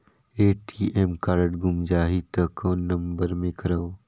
ATM card गुम जाही त कौन नम्बर मे करव?